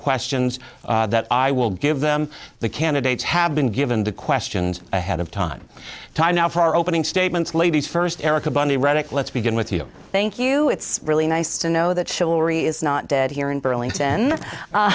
questions that i will give them the candidates have been given the questions ahead of time time now for our opening statements ladies first erica bunny reddick let's begin with you thank you it's really nice to know that chill really is not dead here in burlington